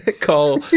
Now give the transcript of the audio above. call